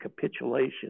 capitulation